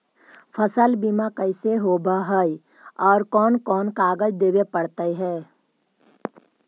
फसल बिमा कैसे होब है और कोन कोन कागज देबे पड़तै है?